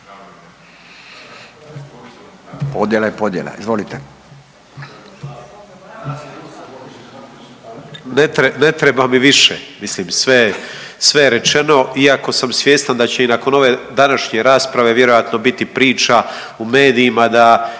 Podjela je podjela. Izvolite.